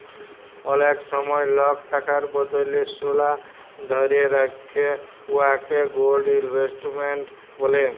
অলেক সময় লক টাকার বদলে সলা ধ্যইরে রাখে উয়াকে গোল্ড ইলভেস্টমেল্ট ব্যলে